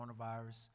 coronavirus